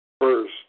First